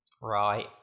Right